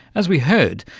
as we heard,